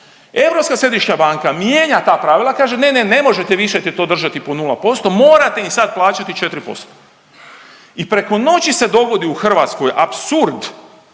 Europska središnja banka mijenja ta pravila, kaže ne, ne, ne možete više to držati po 0%, morate im sad plaćati 4% i preko noći se dogodi u Hrvatskoj apsurd